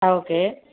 okay